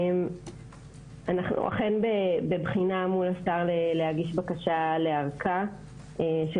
אנחנו אכן בבחינה מול השר להגיש בקשה לארכה של